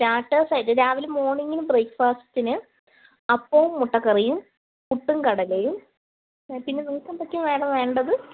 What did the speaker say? starters ആയിട്ട് രാവിലെ മോണിങ്ങിന് ബ്രേക്ക്ഫാസ്റ്റിന് അപ്പവും മുട്ട കറിയും പുട്ടും കടലയും പിന്നെ നിങ്ങക്കെന്തൊക്കെയാണ് മേഡം വേണ്ടത്